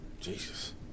Jesus